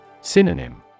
Synonym